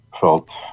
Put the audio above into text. felt